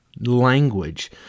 language